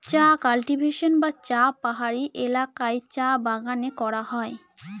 চা কাল্টিভেশন বা চাষ পাহাড়ি এলাকায় চা বাগানে করা হয়